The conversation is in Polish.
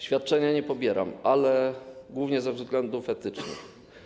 Świadczenia nie pobieram, ale głównie ze względów etycznych.